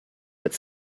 but